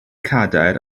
cadair